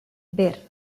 ver